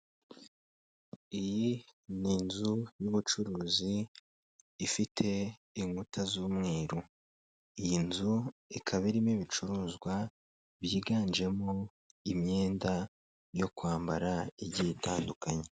Iyi ni inzu y'ubucuruzi ifite inkuta z'umweru, iyi nzu ikaba irimo ibicuruzwa byiganjemo imyenda yo kwambara igihe itandukanye.